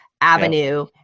Avenue